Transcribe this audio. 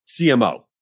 CMO